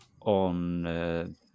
on